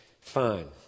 fine